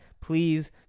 please